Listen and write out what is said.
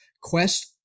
quest